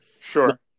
sure